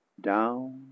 Down